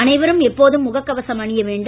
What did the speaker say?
அனைவரும் எப்போதும் முகக் கவசம் அணிய வேண்டும்